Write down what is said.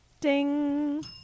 Ding